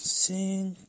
sing